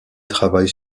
travaille